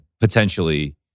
potentially